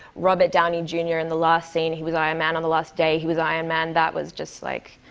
robert downey jr. in the last scene he was iron man on the last day he was iron man. that was just, like,